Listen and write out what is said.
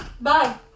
Bye